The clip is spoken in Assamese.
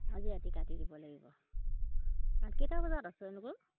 আজি ৰাতি কাটি দিব লাগিব তাত কেইটা বজাত আছে এওলোকৰ